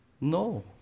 no